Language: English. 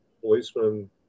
policemen